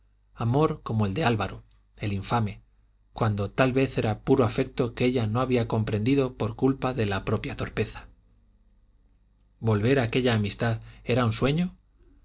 amor como el de álvaro el infame cuando tal vez era puro afecto que ella no había comprendido por culpa de la propia torpeza volver a aquella amistad era un sueño